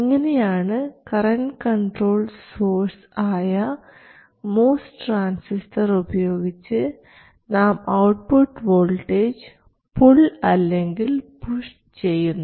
എങ്ങനെയാണ് current controlled source ആയ MOS transistor ഉപയോഗിച്ച് നാം ഔട്ട്പുട്ട് വോൾട്ടേജ് പുൾ അല്ലെങ്കിൽ പുഷ് ചെയ്യുന്നത്